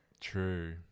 True